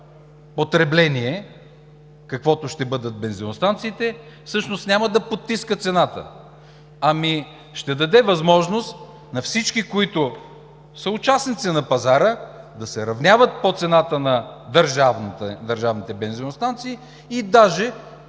потребление, каквото ще бъдат бензиностанциите, всъщност няма да потиска цената, а ще даде възможност на всички, които са участници на пазара, да се равняват по цената на държавните бензиностанции и даже